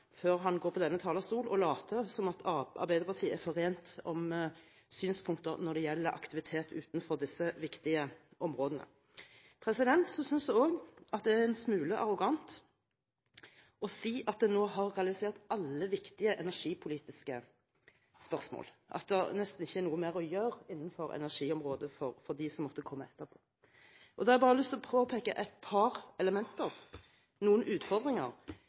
før han går på denne talerstolen og later som Arbeiderpartiet er forent i synet på aktivitet utenfor disse viktige områdene. Så synes jeg også det er en smule arrogant å si at en nå har realisert alle viktige energipolitiske spørsmål, at det nesten ikke er noe mer å gjøre innen energiområdet for dem som måtte komme etterpå. Da har jeg lyst til å påpeke et par elementer, noen utfordringer: